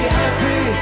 happy